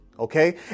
Okay